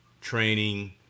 training